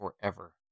forever